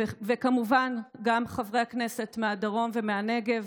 וכמובן גם חברי הכנסת מהדרום ומהנגב,